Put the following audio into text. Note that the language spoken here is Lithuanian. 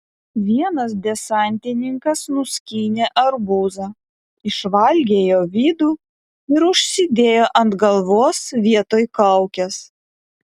vienas desantininkas nuskynė arbūzą išvalgė jo vidų ir užsidėjo ant galvos vietoj kaukės